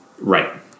Right